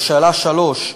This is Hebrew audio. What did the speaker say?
לשאלה 3: